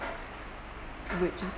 which is